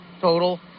total